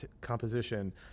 composition